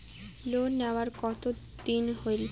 Loan নেওয়ার কতদিন হইল?